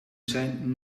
zijn